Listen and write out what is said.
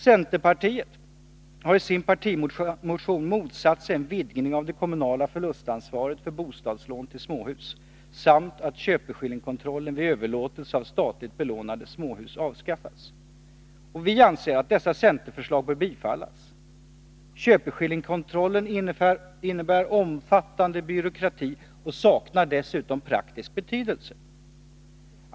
Centerpartiet har i sin partimotion motsatt sig en vidgning av det kommunala förlustansvaret för bostadslån till småhus samt att köpeskillingkontrollen vid överlåtelse av statligt belånade småhus avskaffas. Vi anser att dessa centerförslag bör bifallas. Köpeskillingkontrollen innebär omfattande byråkrati och saknar dessutom praktisk betydelse.